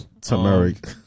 Turmeric